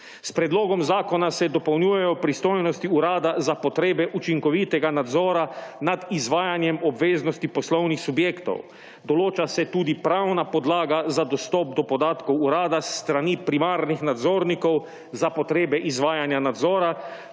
S predlogom zakona se dopolnjujejo pristojnosti urada za potrebe učinkovitega nadzora nad izvajanjem obveznosti poslovnih subjektov. Določa se tudi pravna podlaga za dostop do podatkov urada s strani primarnih nadzornikov za potrebe izvajanja nadzora,